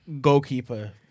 Goalkeeper